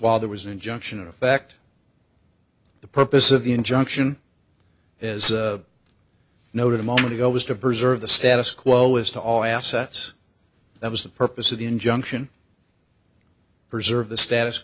while there was an injunction in effect the purpose of the injunction as noted a moment ago was to preserve the status quo as to all assets that was the purpose of the injunction preserve the status